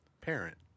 parent